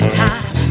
time